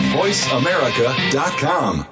voiceamerica.com